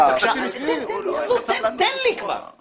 לדברי נציג משרד המשפטים וההסבר שהציגה נציגת משרד הבריאות לגבי ההחרגה,